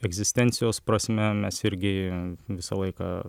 egzistencijos prasme mes irgi visą laiką